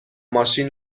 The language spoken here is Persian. ماشین